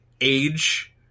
age